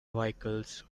vehicles